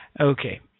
okay